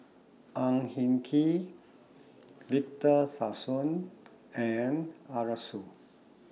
Ang Hin Kee Victor Sassoon and Arasu